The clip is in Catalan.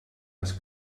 les